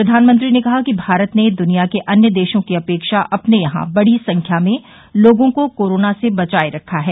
प्रधानमंत्री ने कहा कि भारत ने दुनिया के अन्य देशों की अपेक्षा अपने यहां बड़ी संख्या में लोगों को कोरोना से बचाये रखा है